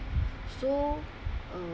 so uh